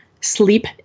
sleep